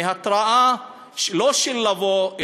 מהתראה לא של לבוא,